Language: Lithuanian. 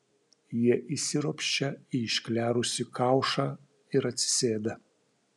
jie įsiropščia į išklerusį kaušą ir atsisėda